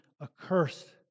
accursed